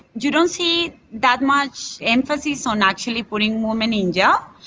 you don't see that much emphasis on actually putting women in jail,